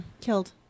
Killed